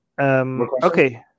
Okay